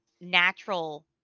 natural